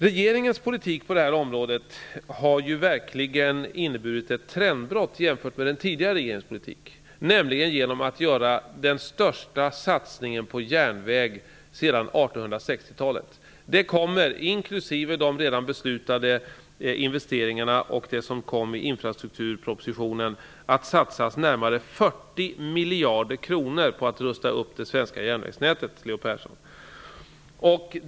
Regeringens politik på detta område har verkligen inneburit ett trendbrott jämfört med den tidigare regeringens politik genom att man har gjort den största satsningen på järnväg sedan 1860-talet. Det kommer att satsas närmare 40 miljarder kronor på att rusta upp det svenska järnvägsnätet, inklusive de redan beslutade investeringarna och förslagen i infrastrukturpropositionen.